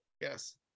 yes